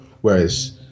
whereas